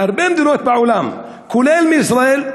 מהרבה מדינות בעולם כולל מישראל,